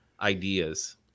ideas